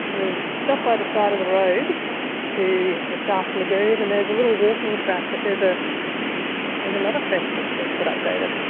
we've stopped by the side of the road to the south lagoon and there's a little walking track but there's ah there's another fence that's been put up david,